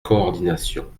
coordination